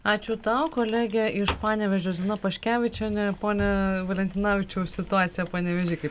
ačiū tau kolegė iš panevėžio zina paškevičienė pone valentinavičiau situacija panevėžy kaip